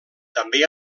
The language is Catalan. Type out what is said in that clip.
també